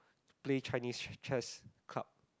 play Chinese chess club